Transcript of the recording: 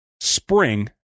spring